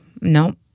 no